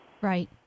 Right